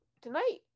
Tonight